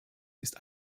ist